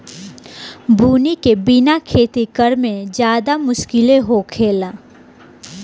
बुनी के बिना खेती करेमे ज्यादे मुस्किल होखेला